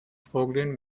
vorglühen